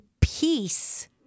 peace